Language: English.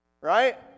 Right